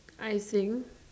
I think